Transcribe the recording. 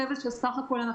את